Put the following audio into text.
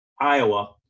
Iowa